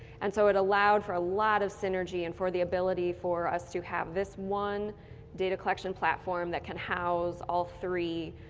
and so it allows for a lot of synergy and for the ability for us to have this one data collection platform that can house all three,